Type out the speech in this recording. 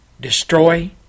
Destroy